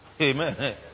Amen